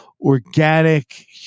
organic